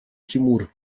тимур